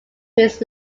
his